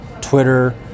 Twitter